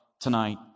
tonight